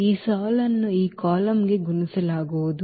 ಈ ಸಾಲನ್ನು ಈ ಕಾಲಮ್ಗೆ ಗುಣಿಸಲಾಗುವುದು